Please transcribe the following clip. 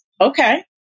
Okay